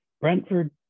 Brentford